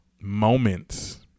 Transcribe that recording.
moments